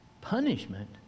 punishment